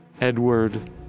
Edward